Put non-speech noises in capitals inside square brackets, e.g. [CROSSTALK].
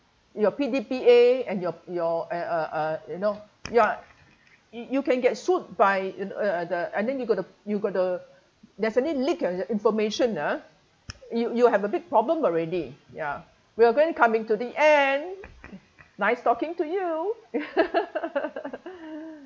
your P_D_P_A and your your uh uh uh you know ya y~ you can get sued by uh uh the and then you gotta you gotta definitely leak your information ah you you have a big problem already ya we're going coming to the end nice talking to you [LAUGHS]